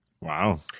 Wow